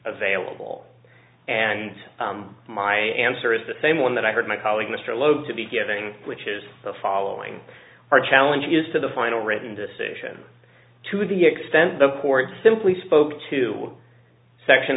available and my answer is the same one that i heard my colleague mr lowe to be giving which is the following are challenges to the final written decision to the extent the court simply spoke to section